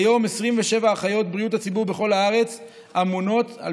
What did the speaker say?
כיום 27 אחיות בריאות הציבור בכל הארץ ממונות על